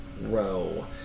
Row